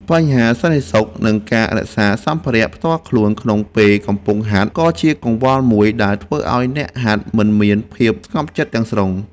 បញ្ហាសន្តិសុខ និងការរក្សាសម្ភារៈផ្ទាល់ខ្លួនក្នុងពេលកំពុងហាត់ ក៏ជាកង្វល់មួយដែលធ្វើឱ្យអ្នកហាត់មិនមានភាពស្ងប់ចិត្តទាំងស្រុង។